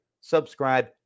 subscribe